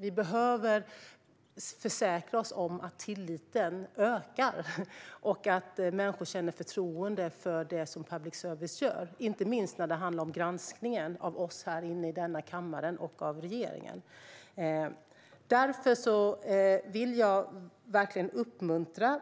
Vi behöver försäkra oss om att tilliten ökar och att människor känner förtroende för det som public service gör, inte minst när det handlar om granskningen av oss här i denna kammare och av regeringen. Därför vill jag verkligen uppmuntra